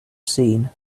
seen